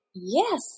Yes